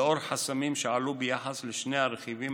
לנוכח חסמים שעלו ביחס לשני הרכיבים